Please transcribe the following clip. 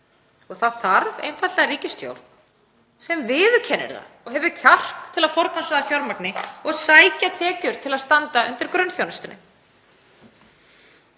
Það þarf einfaldlega ríkisstjórn sem viðurkennir það og hefur kjark til að forgangsraða fjármagni og sækja tekjur til að standa undir grunnþjónustunni.